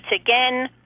again